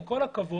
עם כל הכבוד,